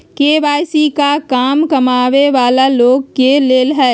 KYC का कम कमाये वाला लोग के लेल है?